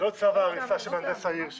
זה לא צו ההריסה שמהנדס העיר שלח.